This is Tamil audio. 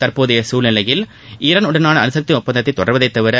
தற்போதைய சூழ்நிலையில் ஈரானுடனான அனுசக்தி ஒப்பந்தத்தை தொடர்வதை தவிர